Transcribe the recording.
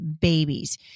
babies